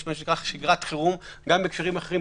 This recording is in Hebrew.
יש מה שנקרא שגרת חירום גם בהקשרים אחרים,